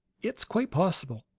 it's quite possible.